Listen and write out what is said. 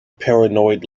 paranoid